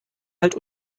halt